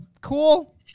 Cool